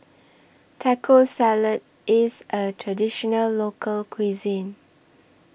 Taco Salad IS A Traditional Local Cuisine